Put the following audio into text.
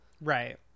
Right